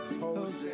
Jose